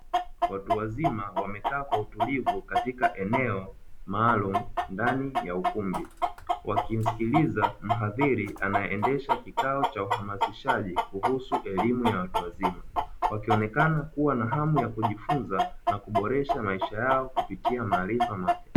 Watu wazima wamekaa kwa utulivu katika eneo maalumu ndani ya ukumbi, wakimsikiliza mhadhiri anayeendesha kikao cha uhamasishaji kuhusu elimu ya watu wazima, wakionekana kuwa na hamu ya kujifunza na kuboresha maisha yao kupitia maarifa mapya.